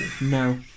No